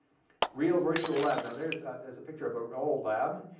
real virtual lab. now there's there's a picture of our old lab,